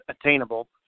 attainable